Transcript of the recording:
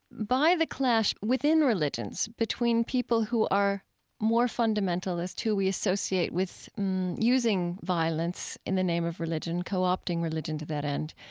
by the clash within religions between people who are more fundamentalist, who we associate with using violence in the name of religion, co-opting religion to that end,